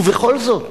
ובכל זאת